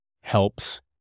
helps